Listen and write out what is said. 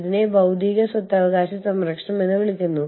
അത് Y1 ന്റെ പ്രവർത്തനത്തിന് സംഭാവന നൽകുന്നു